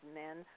men